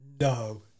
No